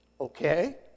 Okay